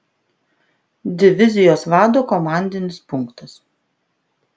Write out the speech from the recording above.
divizijos vado komandinis punktas